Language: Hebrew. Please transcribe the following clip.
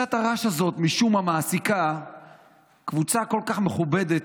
כבשת הרש הזאת משום מה מעסיקה קבוצה כל כך מכובדת,